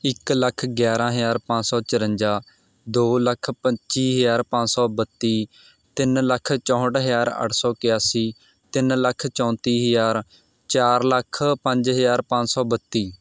ਇੱਕ ਲੱਖ ਗਿਆਰ੍ਹਾਂ ਹਜ਼ਾਰ ਪੰਜ ਸੌ ਚੁਰੰਜਾ ਦੋ ਲੱਖ ਪੱਚੀ ਹਜ਼ਾਰ ਪੰਜ ਸੌ ਬੱਤੀ ਤਿੰਨ ਲੱਖ ਚੌਂਹਠ ਹਜ਼ਾਰ ਅੱਠ ਸੌ ਇਕਿਆਸੀ ਤਿੰਨ ਲੱਖ ਚੌਂਤੀ ਹਜ਼ਾਰ ਚਾਰ ਲੱਖ ਪੰਜ ਹਜ਼ਾਰ ਪੰਜ ਸੌ ਬੱਤੀ